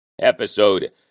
episode